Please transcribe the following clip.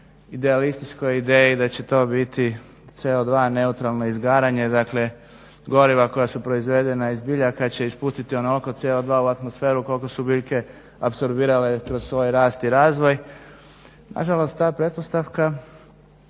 idealističkoj ideji da će to biti CO2 neutralna izgaranje dakle goriva koja su proizvedena i zbilja kada će ispustiti onoliko CO2 u atmosferu koliko su biljke apsorbirale kroz svoj rast i razvoj nažalost ta pretpostavka